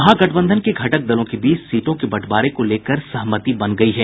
महागठबंधन के घटक दलों के बीच सीटों के बंटवारे को लेकर सहमति बन गयी है